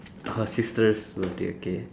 oh sister's birthday okay